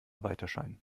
weiterscheinen